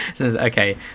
okay